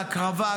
ההקרבה,